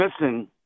missing